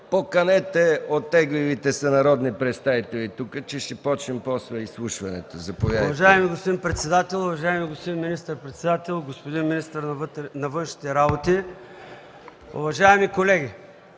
поканете оттеглилите се народни представители тук, че ще започнем после изслушването.